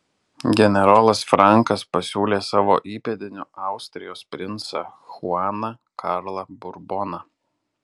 generolas frankas pasiūlė savo įpėdiniu austrijos princą chuaną karlą burboną